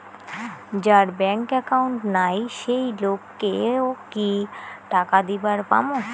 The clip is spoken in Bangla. যার ব্যাংক একাউন্ট নাই সেই লোক কে ও কি টাকা দিবার পামু?